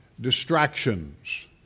distractions